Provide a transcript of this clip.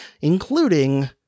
including